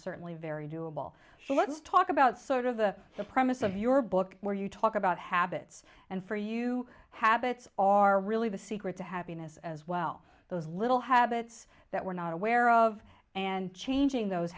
certainly very doable so let's talk about sort of the the premise of your book where you talk about habits and for you habits are really the secret to happiness as well those little habits that we're not aware of and changing those